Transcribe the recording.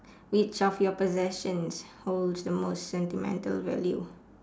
which of your possessions holds the most sentimental value